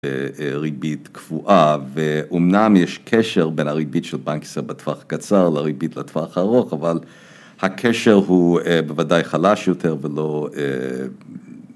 ריבית קפואה ואומנם יש קשר בין הריבית של פנקסה בטווח קצר לריבית לטווח הארוך אבל הקשר הוא בוודאי חלש יותר ולא...